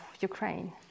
Ukraine